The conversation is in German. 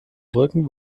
brücken